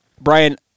Brian